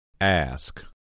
Ask